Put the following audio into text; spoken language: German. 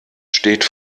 steht